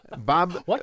Bob